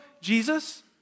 Jesus